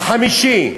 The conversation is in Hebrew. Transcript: החמישי.